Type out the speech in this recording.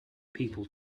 people